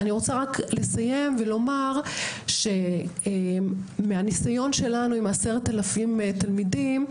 אני רוצה רק לסיים ולומר שמהניסיון שלנו עם 10,000 תלמידים,